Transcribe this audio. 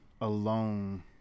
alone